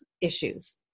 issues